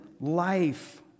life